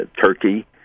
Turkey